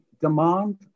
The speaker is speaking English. demand